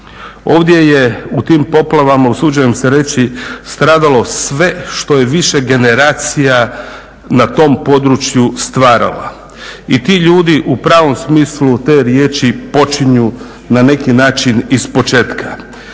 Ovdje je u tim poplavama usuđujem se reći stradalo sve što je više generacija na tom području stvaralo. I ti ljudi u pravom smislu te riječi počinju na neki način ispočetka.